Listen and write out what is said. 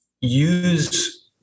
use